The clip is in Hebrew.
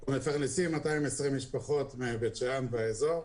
אנחנו מפרנסים 220 משפחות מבית-שאן והאזור.